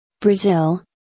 Brazil